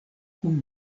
kun